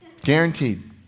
Guaranteed